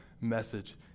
message